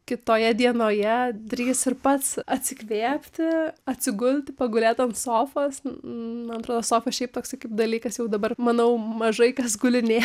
kitoje dienoje drįs ir pats atsikvėpti atsigulti pagulėt ant sofos man atrodo sofa šiaip toks kaip dalykas jau dabar manau mažai kas gulinėja